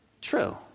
true